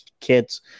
kids